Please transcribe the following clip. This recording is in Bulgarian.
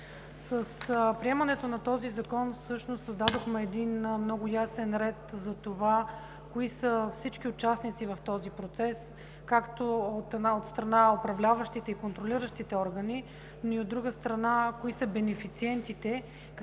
С приемането на този закон всъщност създадохме много ясен ред за това кои са всичките участници в този процес както, от една страна, управляващите и контролиращите органи, и, от друга страна, кои са бенефициентите,